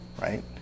Right